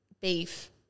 beef